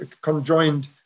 conjoined